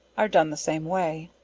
are done the same way.